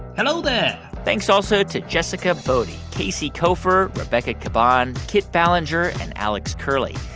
hello there thanks also to jessica boddy, casey koeffer, rebecca caban, kit ballenger and alex curley.